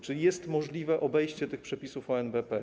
Czy jest możliwe obejście tych przepisów o NBP?